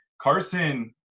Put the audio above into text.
Carson